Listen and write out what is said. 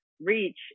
reach